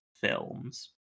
films